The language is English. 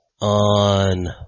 on